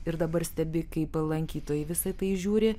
ir dabar stebi kaip lankytojai visa tai žiūri